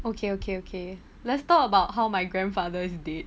okay okay okay let's talk about how my grandfather is dead